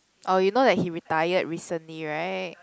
oh you know that he retired recently right